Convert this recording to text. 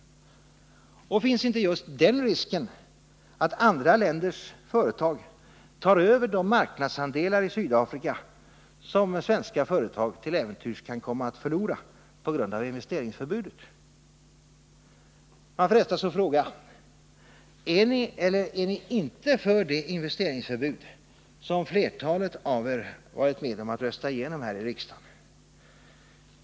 Och finns inte just den risken att andra länders företag tar över de marknadsandelar i Sydafrika som svenska företag till äventyrs kan komma att förlora på grund av investeringsförbudet? Man frestas att fråga: Är ni eller är ni inte för det investeringsförbud som flertalet av er varit med om att rösta igenom här i riksdagen?